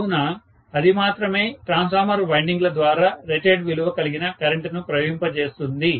కావున అది మాత్రమే ట్రాన్స్ఫార్మర్ వైండింగ్ల ద్వారా రేటెడ్ విలువ కలిగిన కరెంటును ప్రవహింప చేస్తుంది